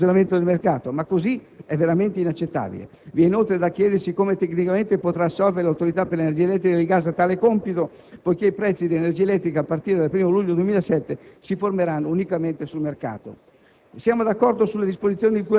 limitata ad esempio ai primi due anni di funzionamento del mercato, ma così è veramente inaccettabile. Vi è inoltre da chiedersi come tecnicamente l'Autorità per l'energia elettrica e il gas potrà assolvere a tale compito, poiché i prezzi dell'energia elettrica a partire dal 1° luglio 2007 si formeranno unicamente sul mercato.